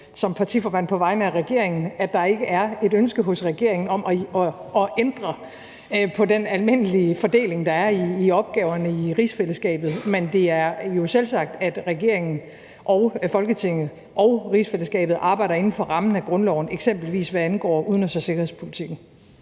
som partiformand og på vegne af regeringen sige meget klart, at der ikke er et ønske hos regeringen om at ændre på den almindelige fordeling, der er i opgaverne i rigsfællesskabet. Men det er jo selvsagt, at regeringen og Folketinget og rigsfællesskabet arbejder inden for rammen af grundloven, f.eks. hvad angår udenrigs- og sikkerhedspolitikken.